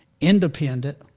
independent